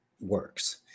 works